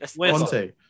Conte